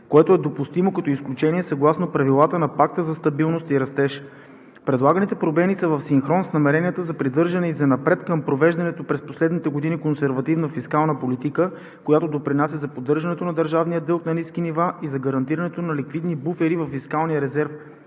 което е допустимо като изключение съгласно правилата на Пакта за стабилност и растеж. Предлаганите промени са в синхрон с намеренията за придържане и занапред към провежданата през последните години консервативна фискална политика, която допринася за поддържането на държавния дълг на ниски нива и за гарантирането на ликвидни буфери във фискалния резерв,